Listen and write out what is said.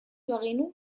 bagenu